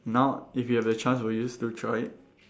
now if you have the chance will you still try it